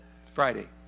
Friday